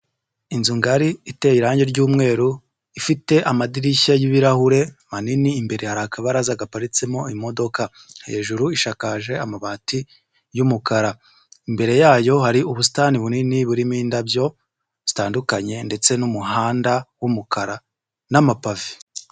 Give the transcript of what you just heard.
Inzu ngari iteye irangi ry'umweru ifite amadirishya y'ibirahure manini imbere hari akabaraza gaparitsemo imodoka hejuru ishakaje amabati y'umukara imbere yayo hari ubusitani bunini burimo indabyo zitandukanye ndetse n'umuhanda wa umukara n'amapave.